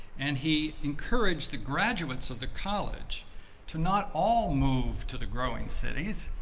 and he encouraged the graduates of the college to not all move to the growing cities,